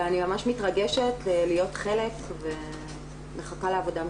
ואני ממש מתרגשת להיות חלק ומחכה לעבודה משותפת.